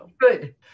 Good